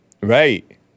Right